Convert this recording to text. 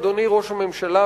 אדוני ראש הממשלה,